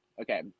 Okay